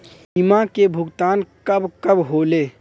बीमा के भुगतान कब कब होले?